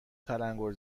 تلنگور